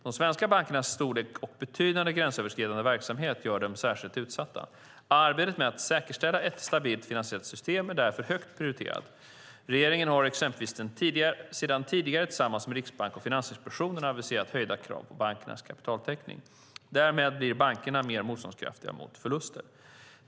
De svenska bankernas storlek och betydande gränsöverskridande verksamhet gör dem särskilt utsatta. Arbetet med att säkerställa ett stabilt finansiellt system är därför högt prioriterat. Regeringen har exempelvis sedan tidigare tillsammans med Riksbanken och Finansinspektionen aviserat höjda krav på bankernas kapitaltäckning. Därmed blir bankerna mer motståndskraftiga mot förluster.